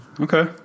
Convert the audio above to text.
Okay